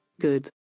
Good